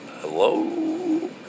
Hello